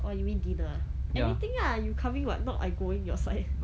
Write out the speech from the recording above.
orh you mean dinner ah anything lah you coming what not I going your side